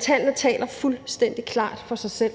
tallene taler fuldstændig klart for sig selv.